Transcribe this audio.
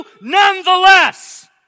nonetheless